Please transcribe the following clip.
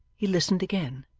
he listened again.